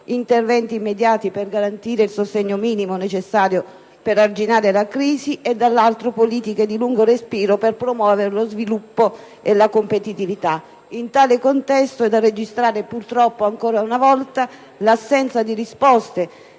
interventi immediati per garantire il sostegno minimo necessario per arginare la crisi; dall'altro politiche di lungo respiro per promuovere lo sviluppo e la competitività. In tale contesto è da registrare purtroppo, ancora una volta, l'assenza di risposte